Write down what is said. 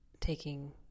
taking